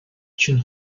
чинь